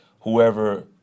Whoever